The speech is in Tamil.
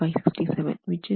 1x567 56